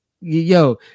yo